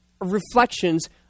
reflections